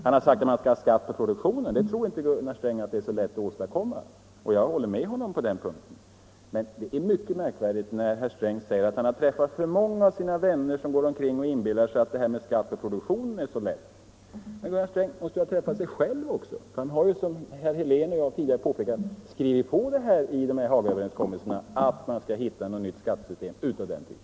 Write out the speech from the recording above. Gunnar Sträng har sagt att han inte tror att det är så lätt att genomföra en skatt på produktionen, och jag håller med honom på den punkten. Men det är mycket märkligt när herr Sträng säger att han träffat alltför många av sina vänner som inbillar sig att en skatt på produktionen är så lätt att genomföra. Herr Sträng måste väl ha träffat sig själv också. Han har ju, som herr Helén och jag tidigare påpekat, i Hagaöverenskommelserna skrivit på att man skall försöka komma fram till ett nytt skattesystem av den typen.